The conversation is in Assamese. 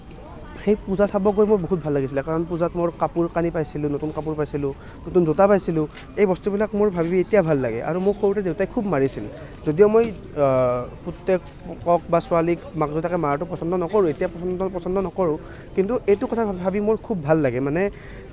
সেই পূজা চাব গৈ মোৰ বহুত ভাল লাগিছিলে কাৰণ পূজাত মোৰ কাপোৰ কানি পাইছিলোঁ নতুন কাপোৰ পাইছিলোঁ নতুন জোতা পাইছিলোঁ এই বস্তুবিলাক মোৰ ভাবি ভাবি এতিয়া ভাল লাগে আৰু মোক সৰুতে দেউতাই খুব মাৰিছিল যদিও মই পুতেকক বা ছোৱালীক মাক দেউতাকে মাৰাটো পচন্দ নকৰোঁ এতিয়া পচন্দ নকৰোঁ কিন্তু এইটো কথা ভাবি মোৰ খুব ভাল লাগে মানে